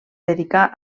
dedicà